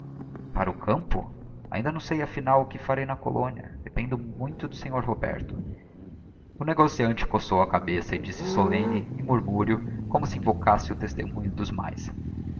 para o campo ainda não sei afinal o que farei na colónia dependo muito do sr roberto o negociante coçou a cabeça e disse solemne em murmúrio como si invocasse o testemunho dos mais